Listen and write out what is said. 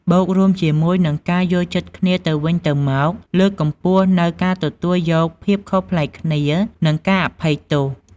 បូករួមជាមួយនិងការយល់ចិត្តគ្នាទៅវិញទៅមកលើកកម្ពស់នូវការទទួលយកភាពខុសប្លែកគ្នា និងការអភ័យទោស។